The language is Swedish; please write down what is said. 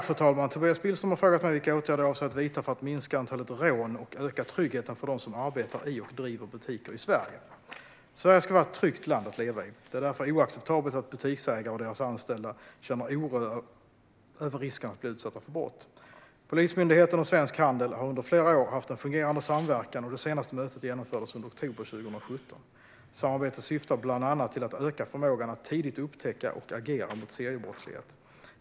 Fru talman! Tobias Billström har frågat mig vilka åtgärder jag avser att vidta för att minska antalet rån och öka tryggheten för dem som arbetar i och driver butiker i Sverige. Sverige ska vara ett tryggt land att leva i. Det är därför oacceptabelt att butiksägare och deras anställda känner oro över risken att bli utsatta för brott. Polismyndigheten och Svensk Handel har under flera år haft en fungerande samverkan, och det senaste mötet genomfördes under oktober 2017. Samarbetet syftar bland annat till att öka förmågan att tidigt upptäcka och agera mot seriebrottslighet.